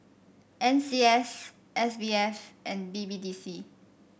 N C S S B F and B B D C